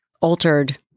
altered